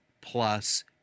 plus